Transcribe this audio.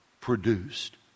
Produced